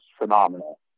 phenomenal